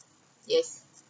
yes